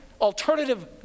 alternative